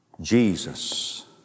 Jesus